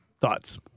Thoughts